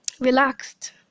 relaxed